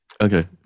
Okay